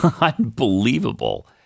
Unbelievable